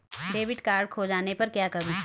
Debit card खो जाने पर क्या करूँ?